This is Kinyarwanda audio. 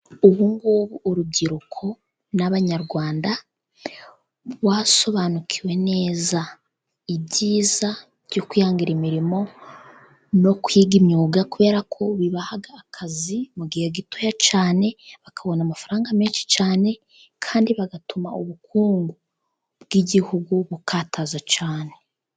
Ubungubu urubyiruko n'abanyarwanda barasobanukiwe neza ibyiza byo kwihangira imirimo no kwiga imyuga kubera ko bibaha akazi mu gihe gito cyane bakabona amafaranga menshi cyane kandi bagatuma ubukungu bw'igihugu bukataza cyane.